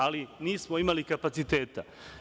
Ali, nismo imali kapaciteta.